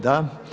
Da.